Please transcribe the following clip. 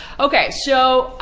okay. so,